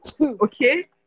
Okay